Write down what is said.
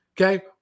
Okay